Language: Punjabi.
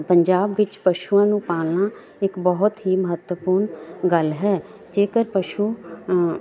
ਪੰਜਾਬ ਵਿੱਚ ਪਸ਼ੂਆਂ ਨੂੰ ਪਾਲਣਾ ਇੱਕ ਬਹੁਤ ਹੀ ਮਹੱਤਵਪੂਰਨ ਗੱਲ ਹੈ ਜੇਕਰ ਪਸ਼ੂ